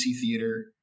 theater